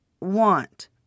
want